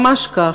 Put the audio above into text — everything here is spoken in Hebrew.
ממש כך,